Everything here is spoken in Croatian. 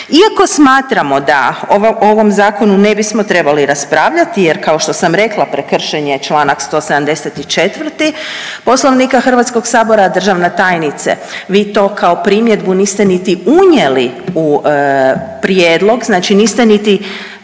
Iako smatramo da o ovom zakonu ne bismo trebali raspravljati, jer kao što sam rekla prekršen je članak 174. Poslovnika Hrvatskog sabora. Državna tajnice vi to kao primjedbu niste niti unijeli u prijedlog, znači niste niti